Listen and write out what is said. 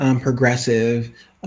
progressive